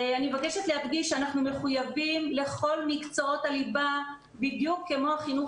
אני מבקשת להדגיש שאנחנו מחויבים לכל מקצועות הליבה בדיוק כמו החינוך